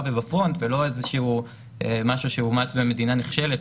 בפרונט ולא איזשהו משהו שאומץ במדינה נחשלת.